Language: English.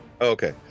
Okay